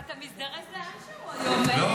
אתה מזדרז לאנשהו היום, מאיר?